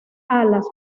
alas